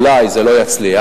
אולי זה לא יצליח.